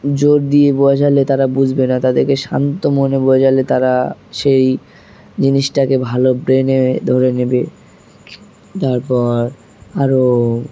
জোর দিয়ে বঝালে তারা বুঝবে না তাদেরকে শান্ত মনে বোঝালে তারা সেই জিনিসটাকে ভালো ব্রেনে ধরে নেবে তারপর আরও